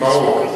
ברור.